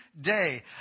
day